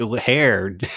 Hair